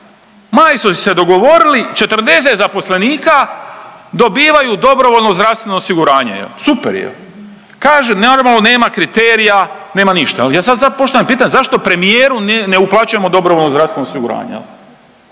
su se dogovorili 40 zaposlenika dobivaju dobrovoljno zdravstveno osiguranje. Super! Kaže normalno nema kriterija, nema ništa. Ali ja sad postavljam pitanje zašto premijeru ne uplaćujemo dobrovoljno zdravstveno osiguranje?